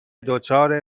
دچار